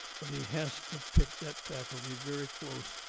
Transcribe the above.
but he has to pick that faculty very close.